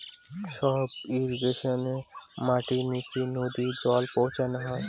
sub ইর্রিগেশনে মাটির নীচে নদী জল পৌঁছানো হয়